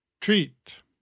treat